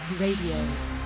Radio